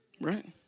Right